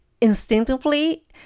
instinctively